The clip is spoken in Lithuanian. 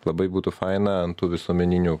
labai būtų faina ant tų visuomeninių